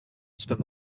spent